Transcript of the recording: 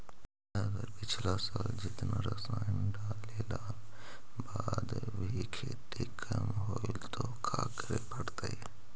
अगर पिछला साल जेतना रासायन डालेला बाद भी खेती कम होलइ तो का करे पड़तई?